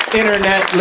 internet